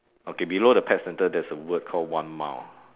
okay below the pet centre there's a word called one mile